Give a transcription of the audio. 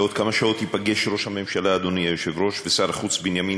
בעוד כמה שעות ייפגש ראש הממשלה ושר החוץ בנימין